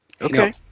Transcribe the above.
Okay